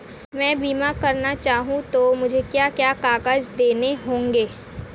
मैं बीमा करना चाहूं तो मुझे क्या क्या कागज़ देने होंगे?